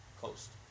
coast